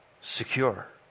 secure